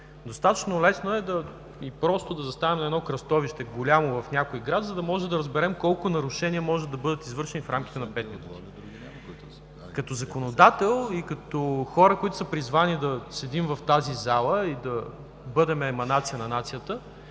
Достатъчно лесно и просто е да застанем на едно голямо кръстовище в някой град, за да разберем колко нарушения могат да бъдат извършени в рамките на пет минути. Като законодатели, като хора, които сме призвани да седим в тази зала и да бъдем еманация на нацията,